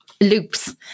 loops